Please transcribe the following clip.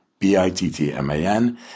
B-I-T-T-M-A-N